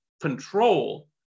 control